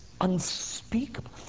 unspeakable